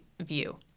view